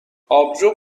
آبجو